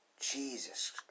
Jesus